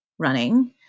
Running